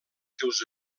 seus